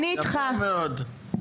יפה מאוד.